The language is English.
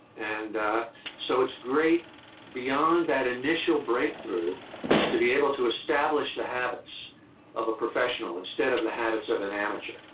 and so it's great beyond that initial breakthrough to be able to establish the habits of a professional instead of the habits of an amateur.